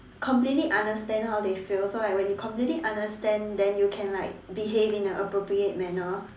completely understand how they feel so like when you completely understand then you can like behave in a appropriate manner